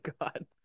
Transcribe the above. God